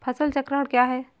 फसल चक्रण क्या है?